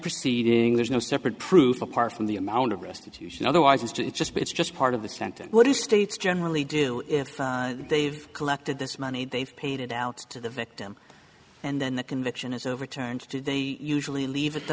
proceeding there's no separate proof apart from the amount of restitution otherwise it's just it's just part of the sentence what is states generally do if they've collected this money they've paid it out to the victim and then the conviction is overturned do they usually leave it the